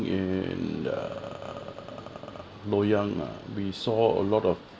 in err loyang lah we saw a lot of